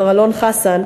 מר אלון חסן,